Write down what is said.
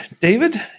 David